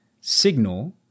signal